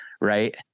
Right